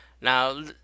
Now